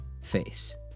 face